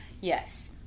Yes